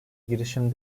girişim